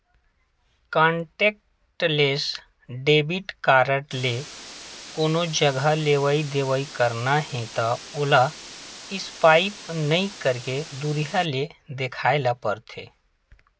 contactless debit card ले कोनो जघा लेवइ देवइ करना हे त ओला स्पाइप नइ करके दुरिहा ले देखाए ल परथे